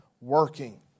working